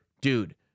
dude